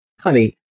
honey